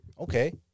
Okay